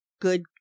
good